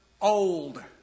old